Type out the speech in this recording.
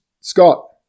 Scott